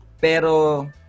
Pero